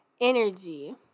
energy